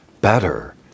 better